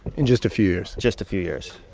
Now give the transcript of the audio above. in just a few years just a few years.